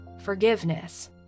Forgiveness